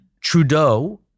Trudeau